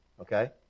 Okay